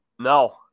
No